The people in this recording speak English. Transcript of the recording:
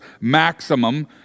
maximum